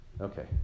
Okay